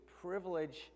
privilege